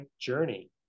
journey